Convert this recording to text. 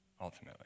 ultimately